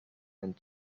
and